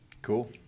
Cool